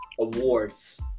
Awards